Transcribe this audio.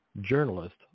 journalist